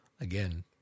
again